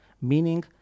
Meaning